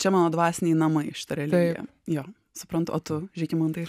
čia mano dvasiniai namai šita religija jo suprantuo tu žygimantai